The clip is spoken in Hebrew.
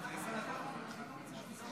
חבריי חברי הכנסת, אני שמח לפתוח את הדיון הזה,